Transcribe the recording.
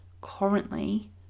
currently